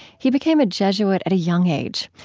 he became a jesuit at a young age.